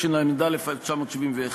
התשל"א 1971,